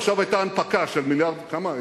עכשיו היתה הנפקה של מיליארד, כמה?